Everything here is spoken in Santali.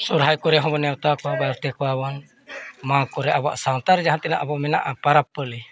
ᱥᱚᱨᱦᱟᱭ ᱠᱚᱨᱮ ᱦᱚᱸᱵᱚᱱ ᱱᱮᱣᱛᱟ ᱠᱚᱣᱟ ᱵᱟᱨᱛᱮ ᱠᱚᱣᱟ ᱵᱚᱱ ᱢᱟᱜᱽ ᱠᱚᱨᱮᱜ ᱟᱵᱚᱣᱟᱜ ᱥᱟᱣᱛᱟ ᱨᱮ ᱡᱟᱦᱟᱸ ᱛᱤᱱᱟᱹᱜ ᱟᱵᱚ ᱢᱮᱱᱟᱜᱼᱟ ᱯᱟᱨᱟᱵᱽ ᱯᱟᱹᱞᱤ